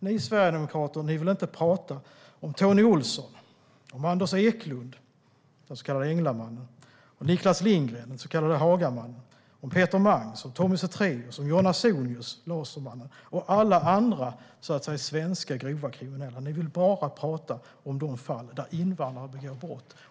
Ni sverigedemokrater vill inte tala om Tony Olsson, om Anders Eklund - den så kallade Englamannen - om Niclas Lindgren - den så kallade Hagamannen, om Peter Mangs, om Tommy Zethraeus, om John Ausonius - den så kallade lasermannen - och om alla andra så att säga svenska grova kriminella. Ni vill bara tala om de fall där invandrare har begått brott.